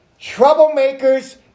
troublemakers